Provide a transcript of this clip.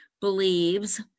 believes